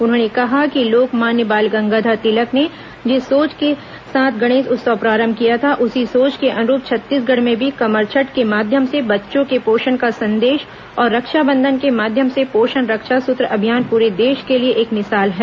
उन्होंने कहा कि लोकमान्य बाल गंगाधर तिलक ने जिस सोच से गणेश उत्सव प्रारंभ किया था उसी सोच के अनुरूप छत्तीसगढ़ में भी कमरछठ के माध्यम से बच्चों के पोषण का संदेश और रक्षाबंधन के माध्यम से पोषण रक्षा सुत्र अभियान पूरे देश के लिए एक मिसाल है